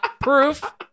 proof